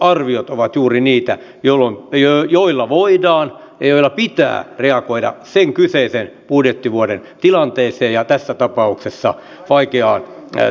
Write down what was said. lisätalousarviot ovat juuri niitä joilla voidaan ja joilla pitää reagoida sen kyseisen budjettivuoden tilanteeseen ja tässä tapauksessa vaikeaan työllisyystilanteeseen